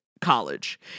college